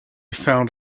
found